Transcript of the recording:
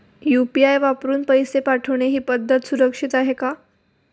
UPI वापरून पैसे पाठवणे ही पद्धत सुरक्षित आहे का?